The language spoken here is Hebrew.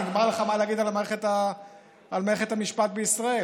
נגמר לך מה להגיד על מערכת המשפט בישראל,